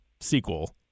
sequel